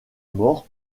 mort